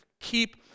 keep